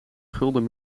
gulden